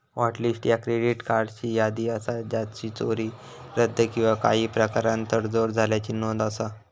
hot list ह्या credit कार्ड्सची यादी असा ज्याचा चोरी, रद्द किंवा काही प्रकारान तडजोड झाल्याची नोंद असा